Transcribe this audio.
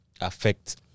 affect